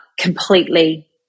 completely